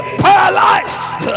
paralyzed